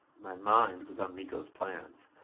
my mind was on miko's plans.